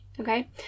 okay